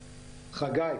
--- בבקשה.